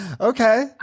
Okay